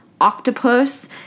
octopus